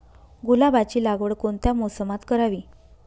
गुलाबाची लागवड कोणत्या मोसमात करावी?